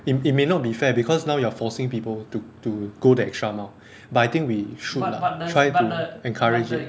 it it may not be fair because now you're forcing people to to go the extra mile but I think we should lah try to encourage it